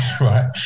right